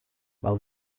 while